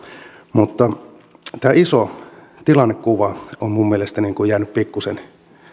mutta tämä iso tilannekuva on minun mielestäni jäänyt pikkusen